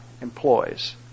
employs